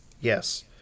Yes